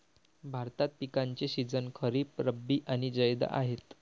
भारतात पिकांचे सीझन खरीप, रब्बी आणि जैद आहेत